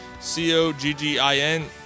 C-O-G-G-I-N